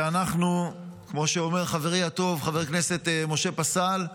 ואנחנו, כמו שאומר חברי הטוב חבר הכנסת משה פסל,